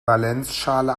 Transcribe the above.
valenzschale